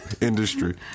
industry